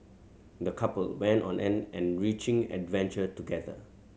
the couple went on an enriching adventure together